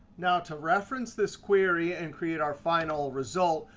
now to reference this query and create our final result,